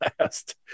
last